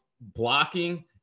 blocking